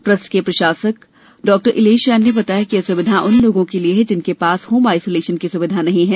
trust के प्रशासक डॉ इलेश जैन ने बताया कि यह सुविधा उन लोगो के लिए है जिनके पास होम आइसोलेशन की सुविधा नही हैं